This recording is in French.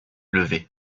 levé